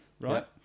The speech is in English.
Right